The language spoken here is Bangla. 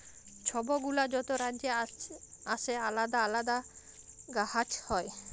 ছব গুলা যত রাজ্যে আসে আলেদা আলেদা গাহাচ হ্যয়